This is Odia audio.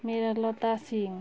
ମୀରା ଲତା ସିଂ